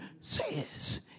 says